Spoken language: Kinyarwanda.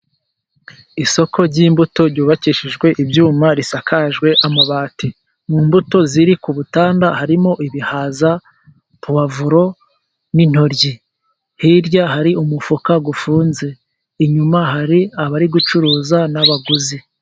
Isoko ry'imbuto ryubakishijwe ibyuma risakajwe amabati. Mu mbuto ziri ku butanda harimo ibihaza, puwavuro, n'intoryi. Hirya hari umufuka ufunze, inyuma hari abari gucuruza n'abaguzi.